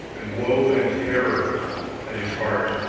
and woe and terror at his heart.